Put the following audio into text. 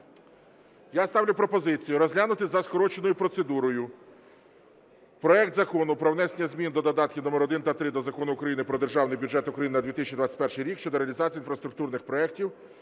Я ставлю пропозицію розглянути за скороченою процедурою проект Закону про внесення змін до додатків номер 1 та 3 до Закону України "Про Державний бюджет України на 2021 рік" (щодо реалізації інфраструктурних проєктів